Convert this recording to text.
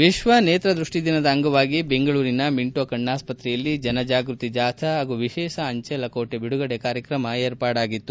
ವಿಕ್ವ ನೇತದ್ವಷ್ಟಿ ದಿನದ ಅಂಗವಾಗಿ ಬೆಂಗಳೂರಿನ ಮಿಂಟೋ ಕಣ್ಣಾಸ್ತ್ರತೆಯಲ್ಲಿ ಜನಜಾಗೃತಿ ಜಾಥಾ ಹಾಗೂ ವಿಶೇಷ ಅಂಜೆ ಲಕೋಟೆ ಬಿಡುಗಡೆ ಕಾರ್ಯಕ್ರಮ ಏರ್ಪಾಡಾಗಿತ್ತು